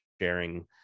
sharing